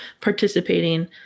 participating